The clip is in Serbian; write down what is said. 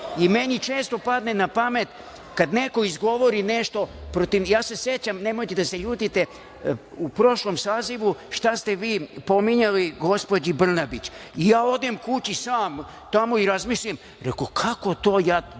Meni često padne na pamet kada neko izgovori nešto protiv… Ja se sećam, nemojte da se ljutite, u prošlom sazivu šta ste vi pominjali gospođi Brnabić i ja odem kući sam tamo i razmislim, reko kako to, da